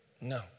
No